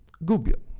gubbio.